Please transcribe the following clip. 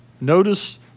Notice